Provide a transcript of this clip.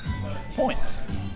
points